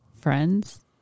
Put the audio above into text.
Friends